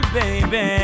baby